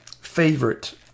favorite